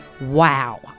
wow